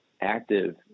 Active